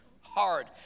hard